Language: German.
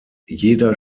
jeder